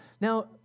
Now